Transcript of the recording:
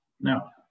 Now